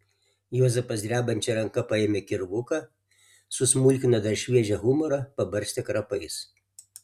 juozapas drebančia ranka paėmė kirvuką susmulkino dar šviežią humorą pabarstė krapais